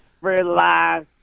relax